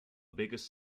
biggest